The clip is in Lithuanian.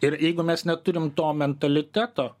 ir jeigu mes neturim to mentaliteto